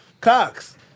Cox